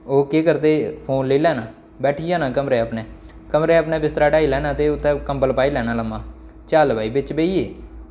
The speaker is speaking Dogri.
ओह् केह् करदे फोन लेई लैना बैठी जाना कमरे अपने कमरे अपना बिस्तरा टाई लैना ते उत्थें कम्बल पाई लैना लम्मां चल भाई बिच्च बेही गे